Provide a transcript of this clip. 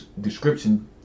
description